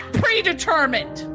predetermined